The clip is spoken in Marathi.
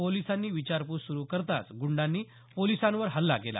पोलिसांनी विचारपूस सुरु करताच गुंडांनी पोलिसांवर हल्ला केला